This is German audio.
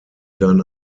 dann